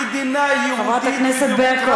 חברת הכנסת ברקו.